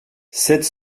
sept